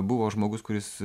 buvo žmogus kuris